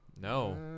No